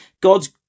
god's